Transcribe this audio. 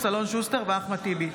אלון שוסטר ואחמד טיבי.